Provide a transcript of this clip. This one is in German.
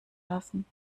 lassen